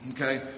Okay